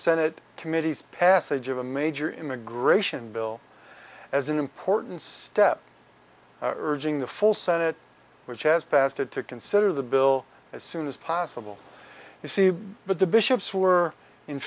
senate committees passage of a major immigration bill as an important step in the full senate which has passed it to consider the bill as soon as possible you see but the bishops were in